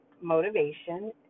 motivation